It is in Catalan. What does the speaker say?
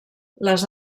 les